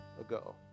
ago